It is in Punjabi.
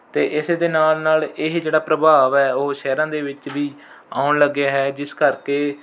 ਅਤੇ ਇਸੇ ਦੇ ਨਾਲ ਨਾਲ ਇਹ ਜਿਹੜਾ ਪ੍ਰਭਾਵ ਹੈ ਉਹ ਸ਼ਹਿਰਾਂ ਦੇ ਵਿੱਚ ਵੀ ਆਉਣ ਲੱਗਿਆ ਹੈ ਜਿਸ ਕਰਕੇ